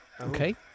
Okay